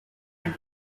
and